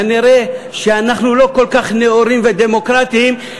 כנראה אנחנו לא כל כך נאורים ודמוקרטים.